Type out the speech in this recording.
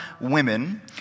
women